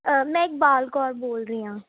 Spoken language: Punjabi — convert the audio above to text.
ਮੈਂ ਇਕਬਾਲ ਕੌਰ ਬੋਲ ਰਹੀ ਹਾਂ